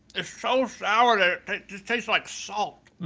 ah so sour, it just tastes like salt.